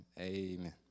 amen